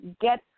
get